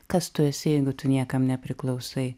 kas tu esi tu niekam nepriklausai